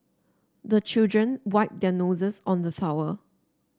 the children wipe their noses on the towel